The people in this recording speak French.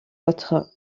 autres